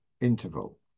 interval